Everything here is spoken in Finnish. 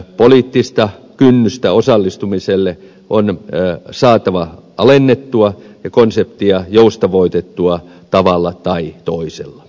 poliittista kynnystä osallistumiselle on saatava alennettua ja konseptia joustavoitettua tavalla tai toisella